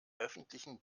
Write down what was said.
öffentlichen